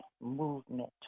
movement